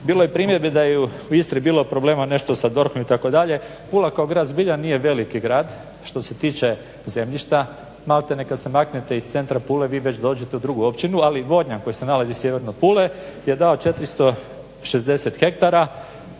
Bilo je i primjedbi da je u Istri bilo nešto problema sa DORH-om itd. Pula kao grad zbilja nije veliki grad što se tiče zemljišta. Maltene kad se maknete iz centra Pule vi već dođete u drugu općinu. Ali Vodnjan koji se nalazi sjeverno od Pule je dao 460 ha.